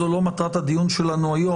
זו לא מטרת הדיון שלנו היום,